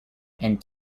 and